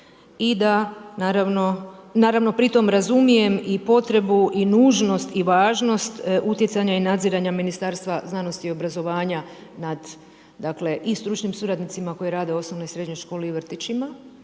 i da, naravno, pri tom razumijem i potrebu i nužnost i važnost utjecanja i nadziranja Ministarstva znanosti i obrazovanja nad, dakle, i stručnim suradnicima koji rade u osnovnoj i srednjoj školi i u vrtićima,